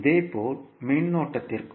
இதேபோல் மின்னோட்டத்திற்கும்